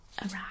arrive